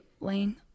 Lane